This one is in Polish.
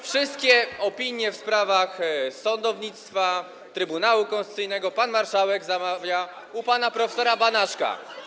Wszystkie opinie w sprawach sądownictwa, Trybunału Konstytucyjnego pan marszałek zamawia u pana prof. Banaszaka.